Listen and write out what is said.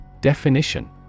Definition